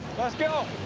let's go.